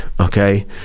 okay